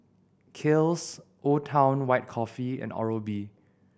Kiehl's Old Town White Coffee and Oral B